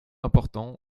important